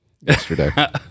yesterday